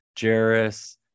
Jairus